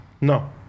No